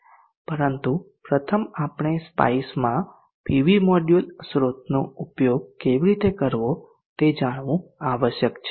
પરંતુ પ્રથમ આપણે SPICE માં પીવી સ્રોતનો ઉપયોગ કેવી રીતે કરવો તે જાણવું આવશ્યક છે